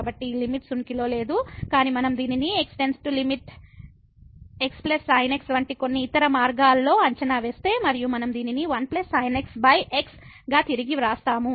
కాబట్టి ఈ లిమిట్స్ ఉనికిలో లేదు కానీ మనం దీనిని x →∞ x sin x వంటి కొన్ని ఇతర మార్గాల్లో అంచనా వేస్తే మరియు మనం దీనిని 1sin xx గా తిరిగి వ్రాస్తాము